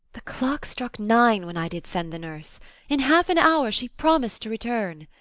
the clock struck nine when i did send the nurse in half an hour she promis'd to return.